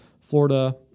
Florida